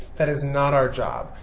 that is not our job.